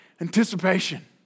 anticipation